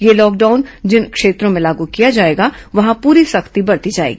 यह लॉकडाउन जिन क्षेत्रों में लागू किया जाएगा वहां पूरी सख्ती बरती जाएगी